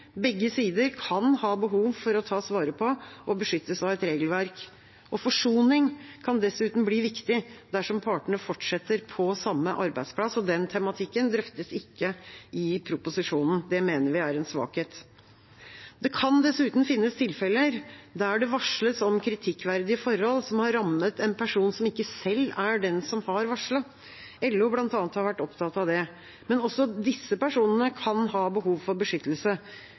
Begge sider kan ha behov for å tas vare på og bli beskyttet av et regelverk. Forsoning kan dessuten bli viktig dersom partene fortsetter på samme arbeidsplass, og den tematikken drøftes ikke i proposisjonen. Det mener vi er en svakhet. Det kan dessuten finnes tilfeller der det varsles om kritikkverdige forhold som har rammet en person som ikke selv er den som har varslet. LO, bl.a., har vært opptatt av det. Men også disse personene kan ha behov for beskyttelse.